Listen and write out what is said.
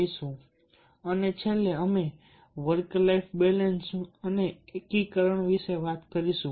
પછી છેલ્લે અમે વર્ક લાઇફ બેલેન્સ અને એકીકરણ વિશે વાત કરીશું